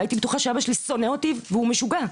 הייתי בטוחה שאבא שלי שונא אותי והוא משוגע.